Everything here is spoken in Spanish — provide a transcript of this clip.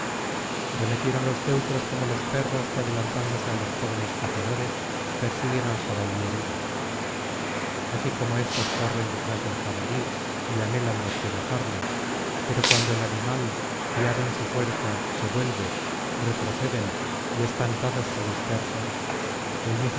arremetieron los teucros como los perros que adelantándose á los jóvenes cazadores persiguen al jabalí herido así como éstos corren detrás del jabalí y anhelan despedazarle pero cuando el animal fiado en su fuerza se vuelve retroceden y espantados se dispersan del mismo